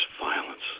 violence